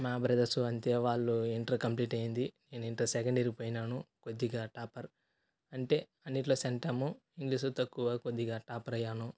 మా బ్రదర్సు అంతే వాళ్ళు ఇంటర్ కంప్లీట్ అయ్యింది నేను ఇంటర్ సెకండ్ ఇయర్కు పోయినాను కొద్దిగా టాపర్ అంటే అన్నిట్ల సెంటము ఇంగ్లీష్లో తక్కువ కొద్దిగా టాపర్ అయ్యాను